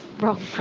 wrong